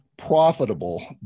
profitable